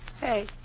Hey